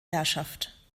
herrschaft